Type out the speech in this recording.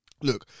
look